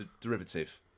derivative